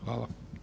Hvala.